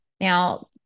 Now